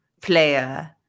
player